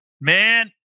Man